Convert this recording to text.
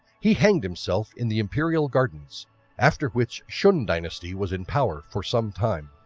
he hanged himself in the imperial gardens after which shun dynasty was in power for some time.